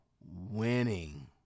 winning